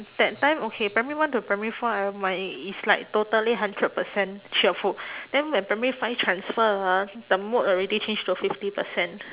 that time okay primary one to primary four I'm like it's like totally hundred percent cheerful then when primary five transfer ah the mood already change to fifty percent